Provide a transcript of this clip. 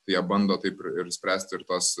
jie bando taip ir spręsti ir tuos